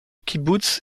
kibboutz